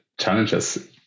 Challenges